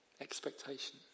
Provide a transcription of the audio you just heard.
expectation